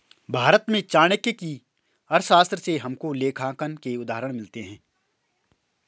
भारत में चाणक्य की अर्थशास्त्र से हमको लेखांकन के उदाहरण मिलते हैं